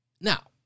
Now